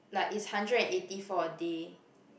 like is hundred and eighty for a day